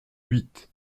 huit